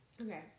Okay